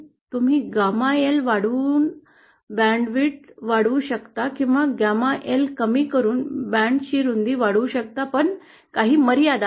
तुम्ही gamma L वाढवून बँडची रुंदी वाढवू शकता किंवा गॅमा एल कमी करून बँडची रुंदी वाढवू शकता पण काही मर्यादा आहेत